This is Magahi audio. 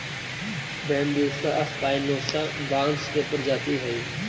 बैम्ब्यूसा स्पायनोसा बाँस के प्रजाति हइ